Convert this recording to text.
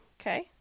okay